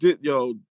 yo